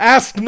Ask